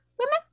women